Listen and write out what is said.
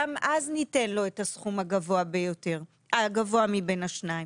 גם אז ניתן לו את הסכום הגבוה מבין השניים